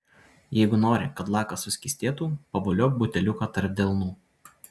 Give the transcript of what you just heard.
jeigu nori kad lakas suskystėtų pavoliok buteliuką tarp delnų